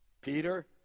Peter